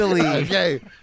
Okay